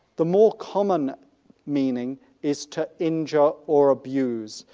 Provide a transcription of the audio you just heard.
the more common meaning is to injure or abuse.